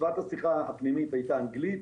השיחה הפנימית הייתה אנגלית,